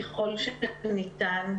ככל שניתן,